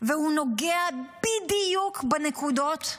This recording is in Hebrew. והוא נוגע בדיוק בנקודות האלו.